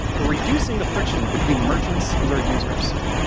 ah reducing the friction between merchants and their users,